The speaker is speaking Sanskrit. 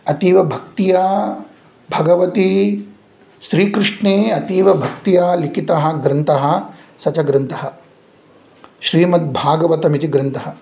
अतीवभक्त्या भगवते श्रीकृष्णे अतीवभक्त्या लिखितः ग्रन्थः स च ग्रन्थः श्रीमद्भागवतमिति ग्रन्थः